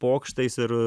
pokštais ir